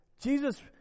Jesus